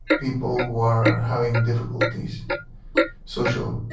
people were having difficulties social.